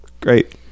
great